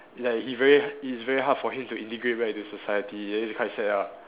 like he very it's very hard for him to integrate back into society then it's quite sad ah